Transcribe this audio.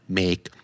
make